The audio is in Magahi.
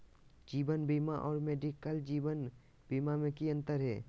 जीवन बीमा और मेडिकल जीवन बीमा में की अंतर है?